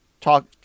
Talk